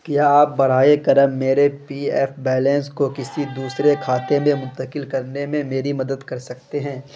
کیا آپ برائے کرم میرے پی ایف بیلینس کو کسی دوسرے کھاتے میں منتقل کرنے میں میری مدد کرسکتے ہیں